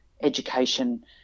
education